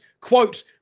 quote